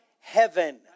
heaven